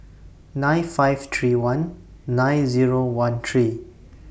nine five three one nine Zero one three